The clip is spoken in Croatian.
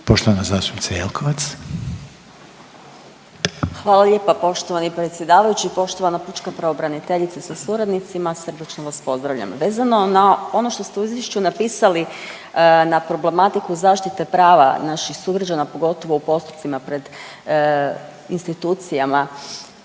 **Jelkovac, Marija (HDZ)** Hvala lijepa poštovani predsjedavajući. Poštovana pučka pravobraniteljice sa suradnicima srdačno vas pozdravljam. Vezano na ono što ste u izvješću napisali na problematiku zaštite prava naših sugrađana, pogotovo u postupcima pred institucijama,